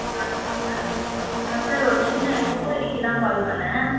வணக்கங்க sir sir ஒரு சின்ன என்கொயரிக்கு தான் கால் பண்ணேன்